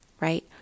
right